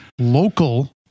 local